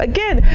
Again